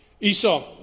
Esau